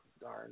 darn